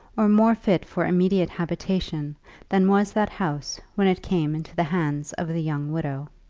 or more fit for immediate habitation than was that house when it came into the hands of the young widow.